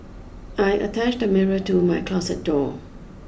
I attached a mirror to my closet door